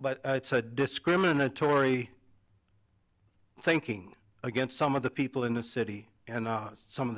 but it's a discriminatory thinking against some of the people in the city and some of